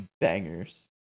bangers